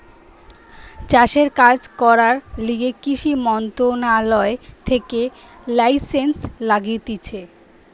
চাষের কাজ করার লিগে কৃষি মন্ত্রণালয় থেকে লাইসেন্স লাগতিছে